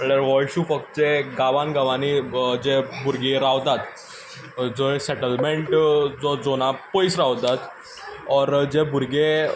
म्हटल्यार हो इश्यू फक्त जे गांवां गांवांनी जे भुरगीं रावतात जंय सेटलमेंट जो जोना पयस रावतात ओर जे भुरगे